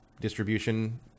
distribution